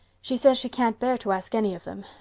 she says she can't bear to ask any of them.